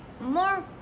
more